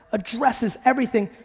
addresses, everything,